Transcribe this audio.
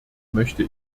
möchte